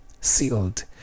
sealed